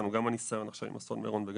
הניסיון ממירון עורר אותנו